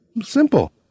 Simple